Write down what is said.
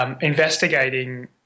Investigating